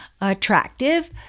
attractive